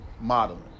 modeling